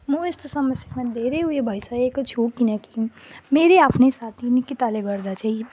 म यस्तो समस्यामा धेरै उयो भइसकेको छु किनकि मेरै आफ्नै साथी निकिताले गर्दा चाहिँ